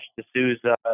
D'Souza